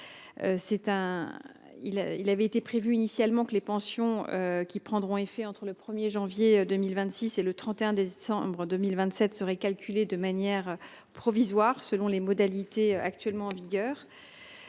Il avait été prévu initialement que les pensions qui prendront effet entre le 1 janvier 2026 et le 31 décembre 2027 seraient calculées de manière provisoire selon les modalités en vigueur